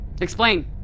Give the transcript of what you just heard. Explain